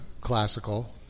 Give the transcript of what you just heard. classical